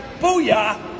Booyah